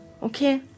okay